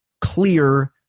clear